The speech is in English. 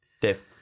Dave